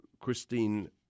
Christine